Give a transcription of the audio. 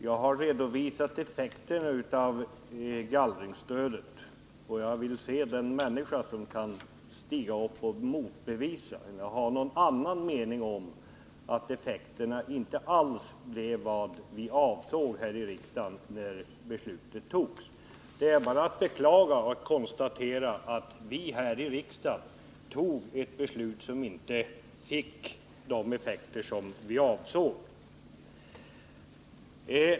Jag har redovisat effekterna av gallringsstödet, och jag vill se den människa som kan stiga upp och motbevisa mitt påstående eller ha någon annan mening om att effekterna inte alls blev vad vi avsåg här i riksdagen när beslutet fattades. Det är bara att konstatera och beklaga att vi här i riksdagen fattade ett beslut, som inte fick de effekter vi avsåg.